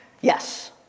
Yes